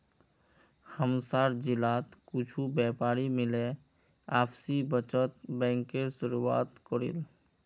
हमसार जिलात कुछु व्यापारी मिले आपसी बचत बैंकेर शुरुआत करील